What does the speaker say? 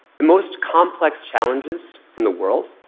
the most complex challenges in the world